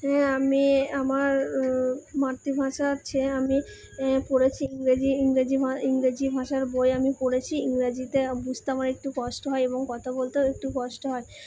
হ্যাঁ আমি আমার মাতৃভাষার চেয়ে আমি পড়েছি ইংরেজি ইংরেজি ইংরেজি ভাষার বই আমি পড়েছি ইংরেজিতে বুঝতে আমার একটু কষ্ট হয় এবং কথা বলতেও একটু কষ্ট হয়